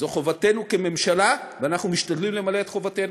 זו חובתנו כממשלה, ואנחנו משתדלים למלא את חובתנו.